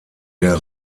der